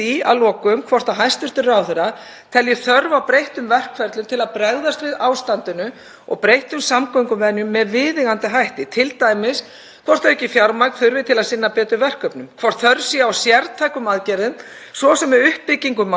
hvort aukið fjármagn þurfi til að sinna betur verkefnum, hvort þörf sé á sértækum aðgerðum, svo sem uppbyggingu mannvirkja með göngum eða vegskálum á svæðinu eða breikkun vegarkafla eins og kallað hefur verið eftir. Mín spurning er sú hvort hæstv. ráðherra